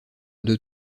deux